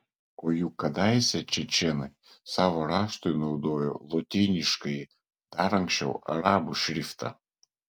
o juk kadaise čečėnai savo raštui naudojo lotyniškąjį dar anksčiau arabų šriftą